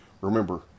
Remember